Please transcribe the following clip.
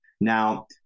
Now